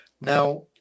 now